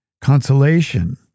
consolation